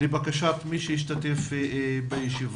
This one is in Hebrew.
לבקשת מי שישתתף בישיבה.